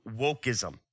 wokeism